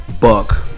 Buck